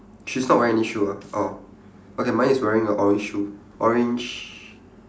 she's not wearing any shoe ah orh okay mine is wearing a orange shoe orange